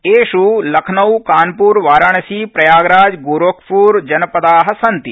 एष् लखनऊ कानप्र वाराणसी प्रयागराज गोरखप्र जनपदा सन्ति